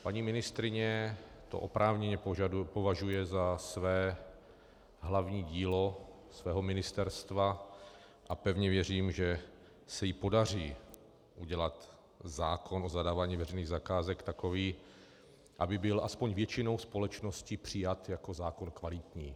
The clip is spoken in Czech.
Paní ministryně to oprávněně považuje za hlavní dílo svého ministerstva a pevně věřím, že se jí podaří udělat zákon o zadávání veřejných zakázek takový, aby byl aspoň většinou společnosti přijat jako zákon kvalitní.